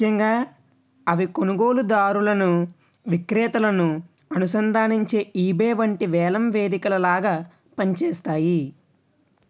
ముఖ్యంగా అవి కొనుగోలుదారులను విక్రేతలను అనుసంధానించే ఈబే వంటి వేలం వేదికల లాగా పనిచేస్తాయి